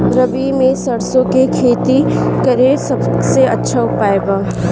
रबी में सरसो के खेती करे के सबसे अच्छा उपाय का बा?